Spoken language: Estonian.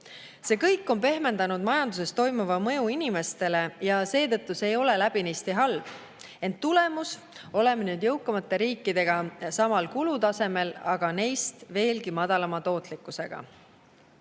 See kõik on pehmendanud majanduses toimuva mõju inimestele ja seetõttu see ei ole läbinisti halb, ent tulemus: oleme nüüd jõukamate riikidega samal kulutasemel, aga neist veelgi madalama tootlikkusega.